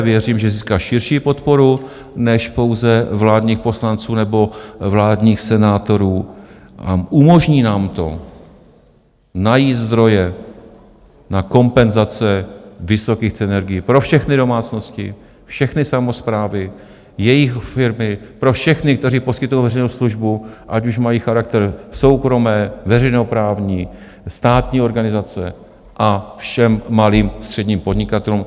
Věřím, že získá širší podporu než pouze vládních poslanců nebo vládních senátorů a umožní nám to najít zdroje na kompenzace vysokých cen energií pro všechny domácnosti, všechny samosprávy, jejich firmy, pro všechny, kteří poskytují veřejnou službu, ať už mají charakter soukromé, veřejnoprávní, státní organizace, a všem malým, středním podnikatelům.